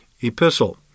epistle